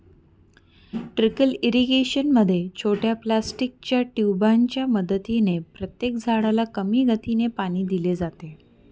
trickle irrigation मध्ये छोट्या प्लास्टिकच्या ट्यूबांच्या मदतीने प्रत्येक झाडाला कमी गतीने पाणी दिले जाते